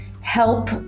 help